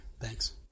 Thanks